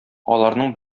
аларның